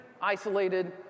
isolated